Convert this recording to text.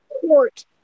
Court